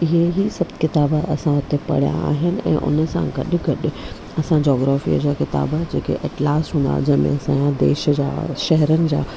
इहेई सभु किताबा असां हुते पढ़िया आहिनि गॾु गॾु असां जोग्रफ़ीअ जा किताब जेके एटलास हूंदा जंहिंमें असांजे देश जा शहरनि जा